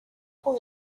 con